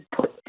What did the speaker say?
put